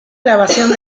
grabación